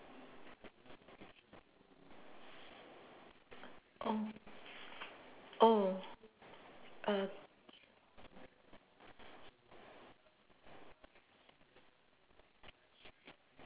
oh oh err